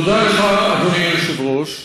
תודה לך, אדוני היושב-ראש.